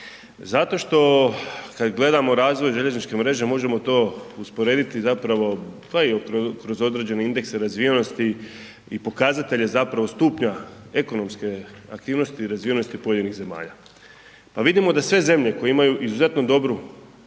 Zato što kad gledamo razvoj željezničke mreže možemo to usporediti zapravo, pa i kroz određene indekse razvijenosti i pokazatelje zapravo stupnja ekonomske aktivnosti i razvijenosti pojedinih zemalja, pa vidimo da sve zemlje koje imaju izuzetno dobru